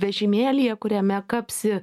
vežimėlyje kuriame kapsi